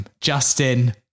Justin